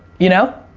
you know?